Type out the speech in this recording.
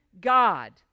God